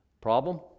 Problem